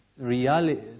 reality